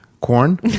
corn